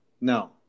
no